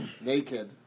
naked